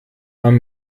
man